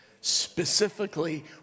specifically